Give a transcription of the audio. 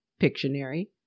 Pictionary